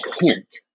hint